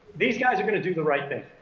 these guys are going to do the right thing.